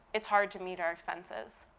it's hard to meet our expenses,